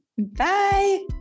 Bye